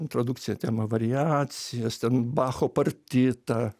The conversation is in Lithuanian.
introdukcija tema variacijas ten bacho partita